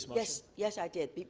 yes, yes, i did.